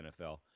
NFL